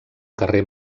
carrer